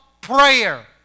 prayer